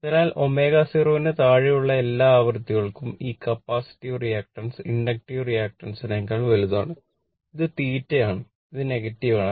അതിനാൽ ω0 ന് താഴെയുള്ള എല്ലാ ആവൃത്തികൾക്കും ആ കപ്പാസിറ്റീവ് റിയാക്ടൻസ് ഇൻഡക്റ്റീവ് റിയാക്ടൻസിനേക്കാൾ വലുതാണ് ഇത് θ ആണ് ഇത് നെഗറ്റീവ് ആണ്